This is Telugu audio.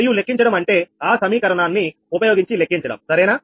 మరియు లెక్కించడం అంటే ఆ సమీకరణాన్ని ఉపయోగించి లెక్కించడం సరేనా